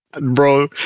Bro